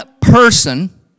person